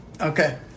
Okay